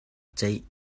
ceih